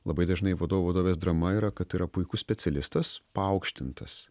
labai dažnai vadovo vadovės drama yra kad tai yra puikus specialistas paaukštintas